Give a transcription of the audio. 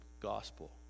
gospel